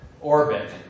orbit